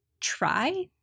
try